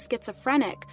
schizophrenic